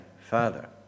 father